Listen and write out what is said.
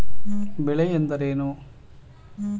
ಬೆಳೆ ಎಂದರೇನು?